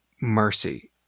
Mercy